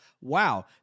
wow